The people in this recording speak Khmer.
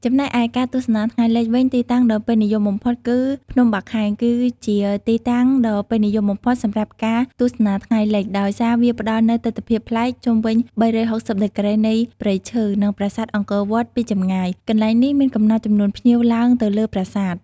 ចំណែកឯការទស្សនា ថ្ងៃលិច វិញ ទីតាំងដ៏ពេញនិយមបំផុតគឺ ភ្នំបាខែង គឺជាទីតាំងដ៏ពេញនិយមបំផុតសម្រាប់ការទស្សនាថ្ងៃលិច ដោយសារវាផ្តល់នូវទិដ្ឋភាពបែប ជុំវិញ ៣៦០ ដឺក្រេនៃព្រៃឈើ និងប្រាសាទអង្គរវត្តពីចម្ងាយ។ កន្លែងនេះមានកំណត់ចំនួនភ្ញៀវឡើងទៅលើប្រាសាទ។